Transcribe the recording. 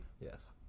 Yes